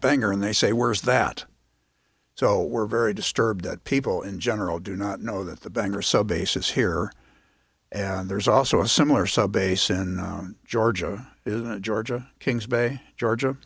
bangor and they say where's that so we're very disturbed that people in general do not know that the banks are so bases here and there's also a similar subbase in georgia georgia kings bay georgia